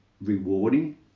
rewarding